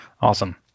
Awesome